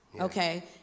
okay